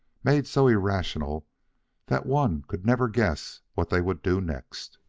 made so irrational that one could never guess what they would do next.